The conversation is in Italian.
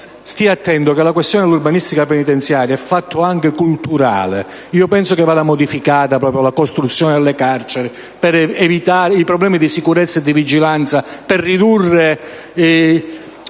stia attento, la questione dell'urbanistica penitenziaria è un fatto anche culturale. Penso che vada modificata la costruzione delle carceri per evitare i problemi di sicurezza e vigilanza. Per ridurre